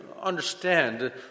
understand